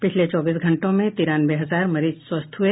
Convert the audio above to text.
पिछले चौबीस घंटों में तिरानवे हजार मरीज स्वस्थ हुए